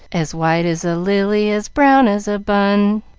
as white as a lily, as brown as a bun,